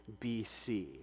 BC